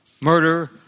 murder